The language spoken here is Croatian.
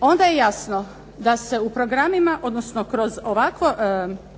onda je jasno da se u programima odnosno kroz ovakva